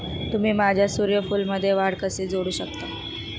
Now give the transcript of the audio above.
तुम्ही माझ्या सूर्यफूलमध्ये वाढ कसे जोडू शकता?